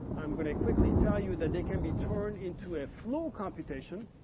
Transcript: i'm going to quickly tell you that it can be turned into a flow computation,